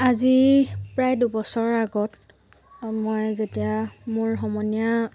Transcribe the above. আজি প্ৰায় দুবছৰ আগত মই যেতিয়া মোৰ সমনীয়া